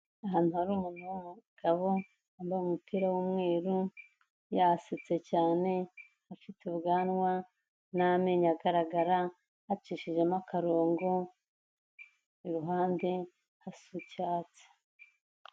Ahantu hari umuntu w'umugabo wambaye umupira w'umweru, yasetse cyane, afite ubwanwa n'amenyo agaragara acishijemo akarongo i ruhande hasa icyatsi.